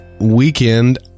weekend